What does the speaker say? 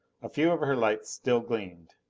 a few of her lights still gleamed.